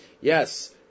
Yes